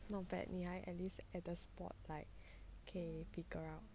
not bad 你还 at least at the spot like can figure out